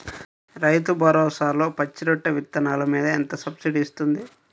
రైతు భరోసాలో పచ్చి రొట్టె విత్తనాలు మీద ఎంత సబ్సిడీ ఇస్తుంది?